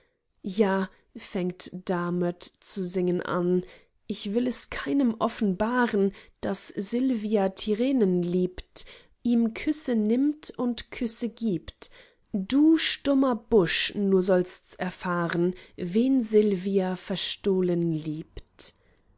ja fängt damöt zu singen an ich will es keinem offenbaren daß sylvia tirenen liebt ihm küsse nimmt und küsse gibt du stummer busch nur sollsts erfahren wen sylvia verstohlen liebt